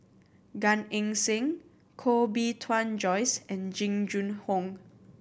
Gan Eng Seng Koh Bee Tuan Joyce and Jing Jun Hong